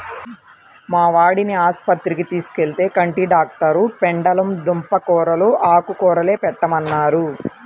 మా వాడిని ఆస్పత్రికి తీసుకెళ్తే, కంటి డాక్టరు పెండలం దుంప కూరలూ, ఆకుకూరలే పెట్టమన్నారు